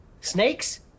Snakes